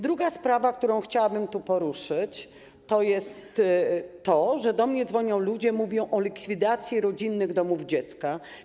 Druga sprawa, którą chciałabym tu poruszyć, jest taka, że dzwonią do mnie ludzie i mówią o likwidacji rodzinnych domów dziecka.